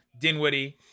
Dinwiddie